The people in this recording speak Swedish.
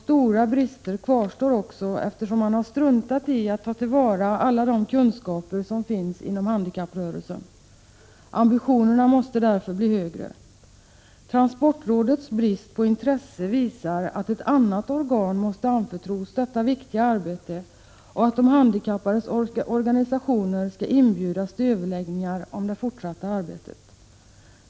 Stora brister kvarstår också, eftersom man har struntat i att ta till vara alla de kunskaper som finns inom handikapprörelsen. Ambitionerna måste därför bli högre. Transportrådets brist på intresse visar att ett annat organ måste anförtros detta viktiga arbete och att de handikappades organisationer skall inbjudas till överläggningar om det fortsatta arbetet.